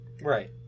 right